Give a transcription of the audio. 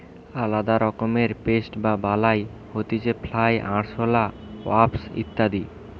আলদা রকমের পেস্ট বা বালাই হতিছে ফ্লাই, আরশোলা, ওয়াস্প ইত্যাদি